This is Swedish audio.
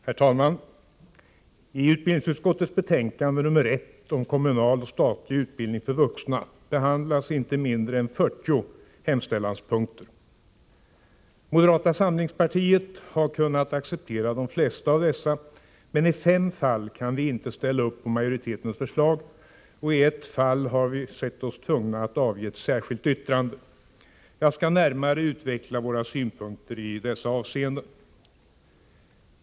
Herr talman! I utbildningsutskottets betänkande 1 om kommunal och statlig utbildning för vuxna behandlas inte mindre än 40 hemställanspunkter. Moderata samlingspartiet har kunnat acceptera de flesta av dessa, men i fem fall kan vi inte ställa upp på majoritetens förslag, och i ett fall har vi sett oss tvungna att avge ett särskilt yttrande. Jag skall närmare utveckla våra synpunkter i dessa avseenden.